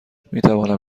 میتوانم